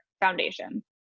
foundation